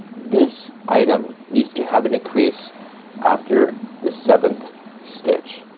this item needs to have an increase after the seventh stitch.